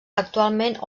actualment